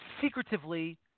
secretively